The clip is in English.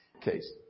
case